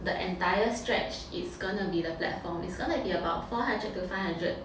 the entire stretch it's gonna be the platform it's gonna be about four hundred to five hundred